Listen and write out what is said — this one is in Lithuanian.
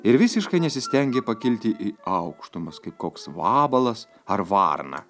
ir visiškai nesistengė pakilti į aukštumas kaip koks vabalas ar varna